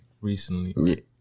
recently